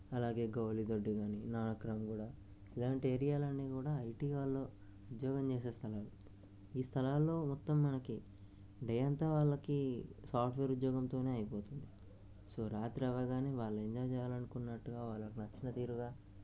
అలాగే గౌలిదొడ్డి కానీ నానక్రామ్గూడ కూడా ఇలాంటి ఏరియాలు అన్నీ కూడా ఐటీ వాళ్ళు ఉద్యోగం చేసే స్థలాలు ఈ స్థలాల్లో మొత్తం మనకి డే అంతా వాళ్ళకి సాఫ్ట్వేర్ ఉద్యోగంతో అయిపోతుంది సో రాత్రి అవ్వగానే వాళ్ళు ఎంజాయ్ చేయాలి చేయాలి అనుకున్నట్టుగా వాళ్ళకి నచ్చిన తీరుగా